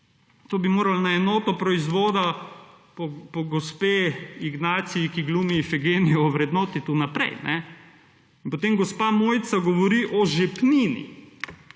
To bi morali na enoto proizvoda po gospe Ignaciji, ki glumi Ifigenijo ovrednotiti vnaprej. In potem gospa Mojca govori o žepnini.